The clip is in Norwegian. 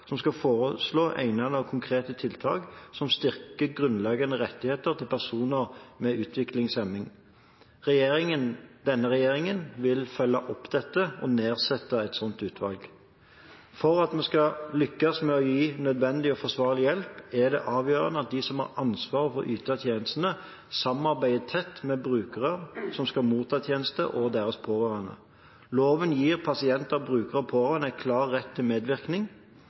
som skal foreslå egnede og konkrete tiltak som styrker grunnleggende rettigheter til personer med utviklingshemning. Denne regjeringen vil følge opp dette og nedsette et sånt utvalg. For at vi skal lykkes med å gi nødvendig og forsvarlig hjelp, er det avgjørende at de som har ansvaret for å yte tjenestene, samarbeider tett med brukere som skal motta tjenesten, og deres pårørende. Loven gir pasienter, brukere og pårørende en klar rett til medvirkning.